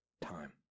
time